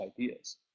ideas